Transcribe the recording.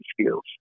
skills